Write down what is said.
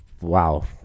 wow